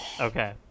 Okay